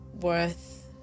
worth